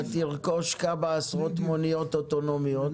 אתה תרכוש כמה עשרות מוניות אוטונומיות,